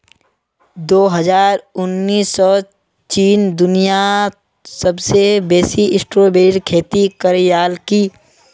दो हजार उन्नीसत चीन दुनियात सबसे बेसी स्ट्रॉबेरीर खेती करयालकी